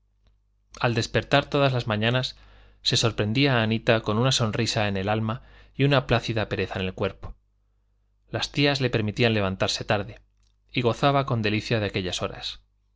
al despertar todas las mañanas se sorprendía anita con una sonrisa en el alma y una plácida pereza en el cuerpo las tías le permitían levantarse tarde y gozaba con delicia de aquellas horas